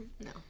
No